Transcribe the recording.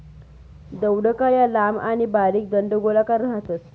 दौडका या लांब आणि बारीक दंडगोलाकार राहतस